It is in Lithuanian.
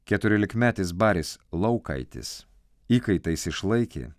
keturiolikmetis baris laukaitis įkaitais išlaikė